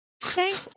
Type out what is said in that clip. Thanks